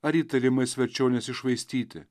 ar įtarimais verčiau nesišvaistyti